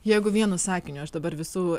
jeigu vienu sakiniu aš dabar visų